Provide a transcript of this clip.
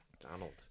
Donald